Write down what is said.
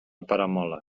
peramola